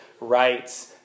rights